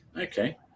Okay